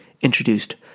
introduced